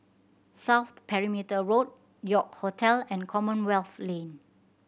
South Perimeter Road York Hotel and Commonwealth Lane